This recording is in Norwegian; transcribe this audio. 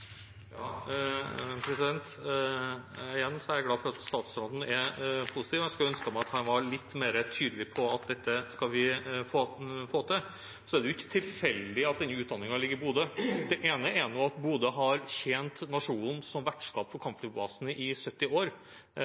at statsråden er positiv. Jeg skulle ønske meg at han var litt mer tydelig på at dette skal vi få til. Det er ikke tilfeldig at denne utdanningen ligger i Bodø. Det ene er at Bodø har tjent nasjonen som vertskap for kampflybasen i 70 år,